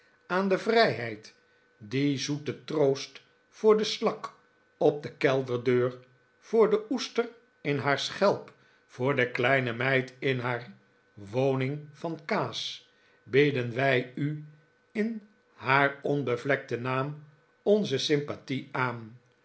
aan de vrijheid dien zoeten troost voor de slak op de kelderdeur voor de oester in haar schelp voor de kleine mijt in haar woning van kaas bieden wij u in haar onbevlekten naam onze sympathie aan